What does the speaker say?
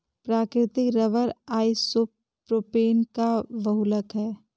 प्राकृतिक rubber isoprene का बहुलक है